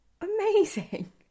Amazing